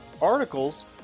articles